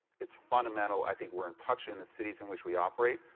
it's fundamental, i think we're and touching the cities in which we operate.